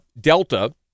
Delta